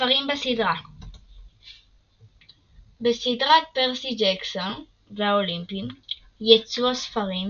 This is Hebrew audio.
הספרים בסדרה בסדרת פרסי ג'קסון והאולימפיים יצאו הספרים